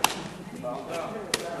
נתקבלה.